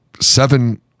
seven